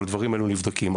הדברים האלו נבדקים.